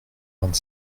vingt